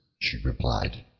she replied.